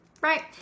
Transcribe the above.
right